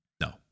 No